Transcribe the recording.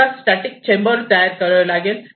आपल्याला static chamber तयार करावे लागेल